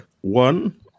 One